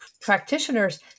practitioners